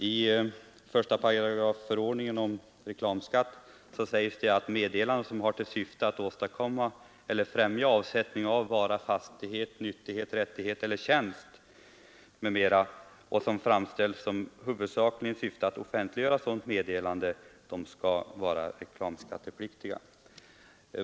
I 1 § reklamskatteförordningen sägs att meddelande som har till syfte att åstadkomma eller främja avsättning av vara, fastighet, nyttighet, rättighet eller tjänst och som framställs huvudsakligen i syfte att offentliggöra sådant meddelande, skall vara reklamskattepliktigt.